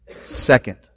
Second